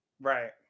Right